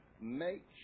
make